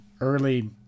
early